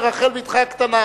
ברחל בתך הקטנה,